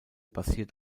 basiert